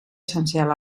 essencial